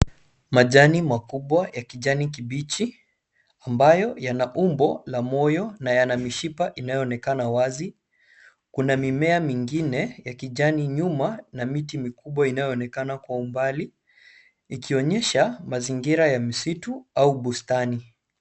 Majani makubwa ya kijani kibichi ambayo yana umbo la moyo na yana mishipa inayoonekana wazi. Kuna mimea mingine ya kijani nyuma na miti mikubwa inayoonekana kwa umbali, ikionyesha mazingira ya misitu au bustani.